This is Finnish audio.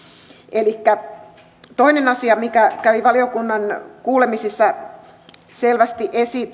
elikkä toinen asia mikä nousi valiokunnan kuulemisissa selvästi esiin